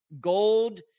Gold